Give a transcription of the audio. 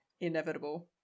inevitable